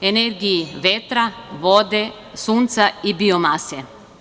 energiji vetra, vode, sunca i biomase.